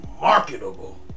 marketable